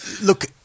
Look